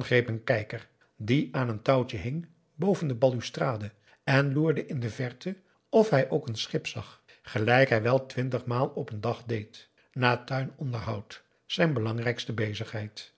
greep een kijker die aan een touwtje hing boven de balustrade en loerde in de verte of hij ook een schip zag gelijk hij wel twintigmaal op n dag deed na het tuinonderhoud zijn belangrijkste bezigheid